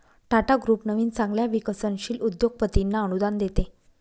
Tata group नवीन चांगल्या विकसनशील उद्योगपतींना अनुदान देते